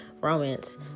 romance